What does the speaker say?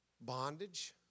bondage